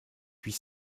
huit